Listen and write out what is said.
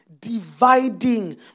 dividing